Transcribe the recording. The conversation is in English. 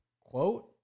Quote